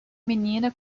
menina